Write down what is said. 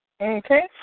Okay